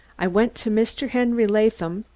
i went to mr. henry latham,